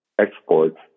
exports